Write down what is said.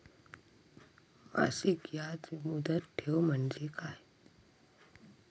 मासिक याज मुदत ठेव म्हणजे काय?